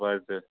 बरें तर